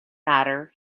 matter